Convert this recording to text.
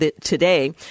today